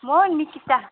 म हौ निकिता